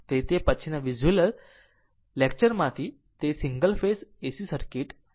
તેથી આપણે તે પછીના વિઝ્યુઅલ લેકચરમાંથી તે સિંગલ ફેઝ AC સર્કિટ જોશું